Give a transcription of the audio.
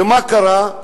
ומה קרה?